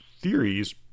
theories